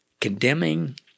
condemning